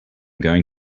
going